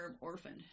orphaned